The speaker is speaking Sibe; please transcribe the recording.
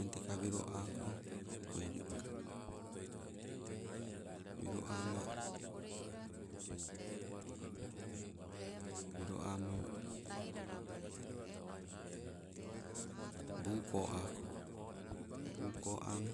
Eng teka welo akong oilinga, welo amma welo amma, buu ko ako, buu koama